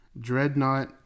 dreadnought